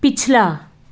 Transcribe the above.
पिछला